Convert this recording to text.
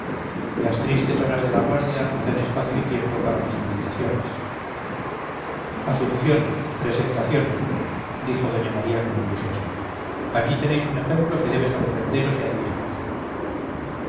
las tristes horas de la guardia me dan espacio y tiempo para mis meditaciones asunción presentación dijo doña maría con entusiasmo aquí tenéis un ejemplo que debe sorprenderos y admiraros